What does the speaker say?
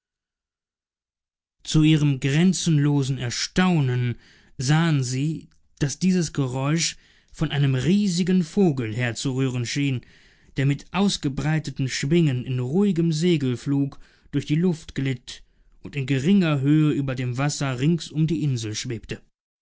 zu ihrem grenzenlosen erstaunen sahen sie daß dieses geräusch von einem riesigen vogel herzurühren schien der mit ausgebreiteten schwingen in ruhigem segelflug durch die luft glitt und in geringer höhe über dem wasser rings um die insel schwebte